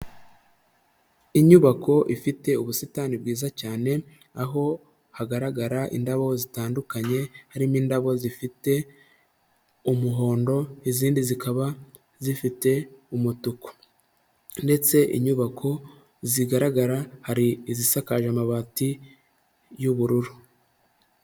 Inyubako ifite ubusitani bwiza cyane aho hagaragara indabo zitandukanye harimo indabo zifite umuhondo izindi zikaba zifite umutuku ndetse inyubako zigaragara hari izisakaje amabati y'ubururu.